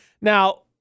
Now